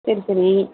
சரி சரி